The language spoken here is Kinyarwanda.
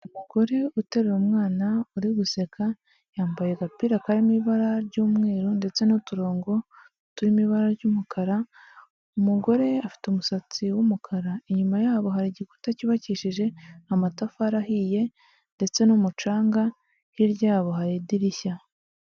Umugore uteruye umwana uri guseka, yambaye agapira karimo ibara ry'umweru ndetse n'uturongo turimo ibara ry'umukara, umugore afite umusatsi w'umukara. Inyuma yabo hari igikuta cyubakishije amatafari ahiye ndetse n'umucanga, hirya yabo hari idirishya.